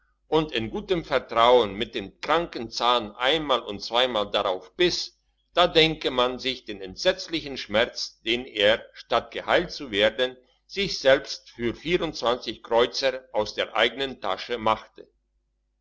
und in gutem vertrauen mit dem kranken zahn einmal und zweimal darauf biss da denke man an den entsetzlichen schmerz den er statt geheilt zu werden sich selbst für kreuzer aus der eigenen tasche machte